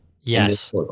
Yes